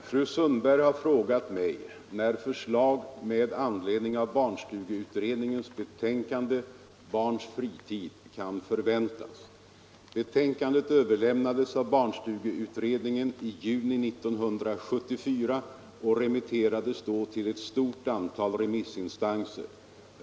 Herr talman! Fru Sundberg har frågat mig när förslag med anledning av barnstugeutredningens betänkande Barns fritid kan förväntas. Betänkandet överlämnades av barnstugeutredningen i juni 1974 och remitterades då till ett stort antal remissinstanser.